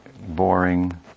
boring